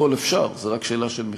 הכול אפשר, זו רק שאלה של מחיר.